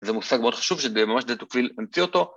זה מושג מאוד חשוב שממש דה טוקווייל המציא אותו.